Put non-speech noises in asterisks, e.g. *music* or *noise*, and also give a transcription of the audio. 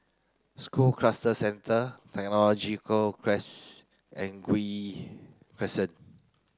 School Cluster Centre Technology *unintelligible* and Gul Crescent